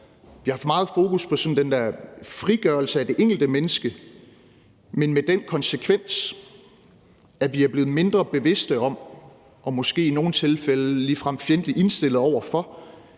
vi har haft for meget fokus på frigørelsen af det enkelte menneske og med den konsekvens, at vi er blevet mindre bevidst om og måske i nogle tilfælde ligefrem fjendtligt indstillet over for